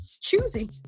choosing